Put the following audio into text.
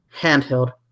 handheld